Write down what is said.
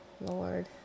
Lord